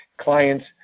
client's